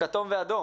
כתום ואדום.